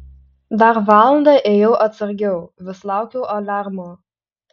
dar valandą ėjau atsargiau vis laukiau aliarmo